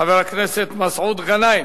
חבר הכנסת מסעוד גנאים,